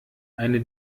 eine